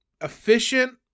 efficient